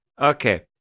Okay